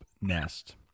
nest